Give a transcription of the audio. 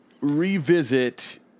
revisit